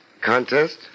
Contest